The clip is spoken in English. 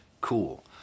cool